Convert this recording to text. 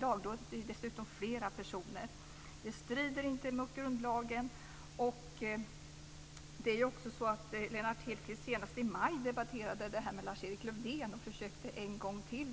Lagrådet är ju dessutom flera personer. Det strider inte mot grundlagen. Lennart Hedquist debatterade också detta senast i maj med Lars-Erik Lövdén och försökte även